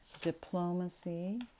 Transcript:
diplomacy